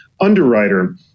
underwriter